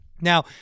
Now